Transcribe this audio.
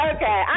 Okay